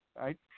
right